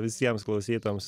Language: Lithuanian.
visiems klausytojams